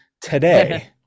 today